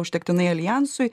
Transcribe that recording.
užtektinai aljansui